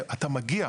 אתה מגיע,